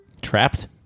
Trapped